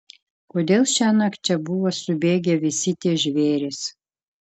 kodėl šiąnakt čia buvo subėgę visi tie žvėrys